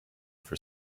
for